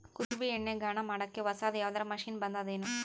ಕುಸುಬಿ ಎಣ್ಣೆ ಗಾಣಾ ಮಾಡಕ್ಕೆ ಹೊಸಾದ ಯಾವುದರ ಮಷಿನ್ ಬಂದದೆನು?